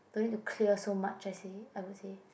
going to clear so much I say I would say